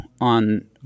on –